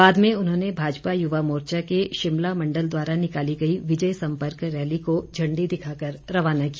बाद में उन्होंने भाजपा युवा मोर्चा के शिमला मंडल द्वारा निकाली गई विजय सम्पर्क रैली को झण्डी दिखाकर रवाना किया